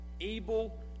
able